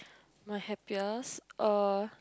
my happiest uh